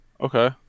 okay